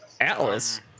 Atlas